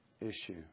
issue